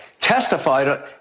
testified